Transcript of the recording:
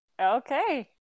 Okay